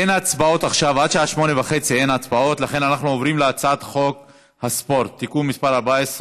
אין הצבעות עד 20:30. אנחנו עוברים להצעת חוק הספורט (תיקון מס' 14)